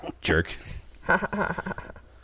Jerk